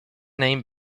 name